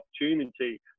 opportunity